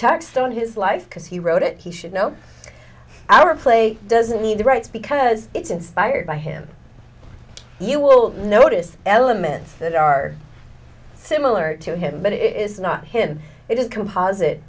tax on his life because he wrote it he should know our place doesn't need to write because it's inspired by him you will notice elements that are similar to him but it is not him it is a composite